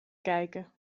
kijken